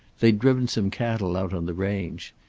they'd driven some cattle out on the range.